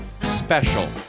Special